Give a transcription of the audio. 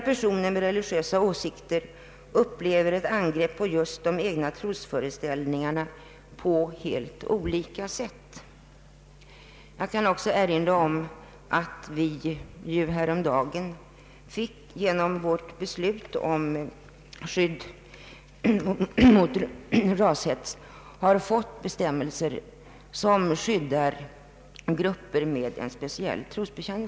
Personer med olika religiösa åsikter upplever ett angrepp på de egna trosföreställningarna på mycket olika sätt. Jag kan också erinra om att vi genom riksdagens beslut häromdagen om skydd mot rashets har fått bestämmelser som skyddar grupper med en speciell trosuppfattning.